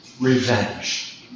revenge